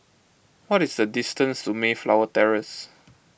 what is the distance to Mayflower Terrace